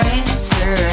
answer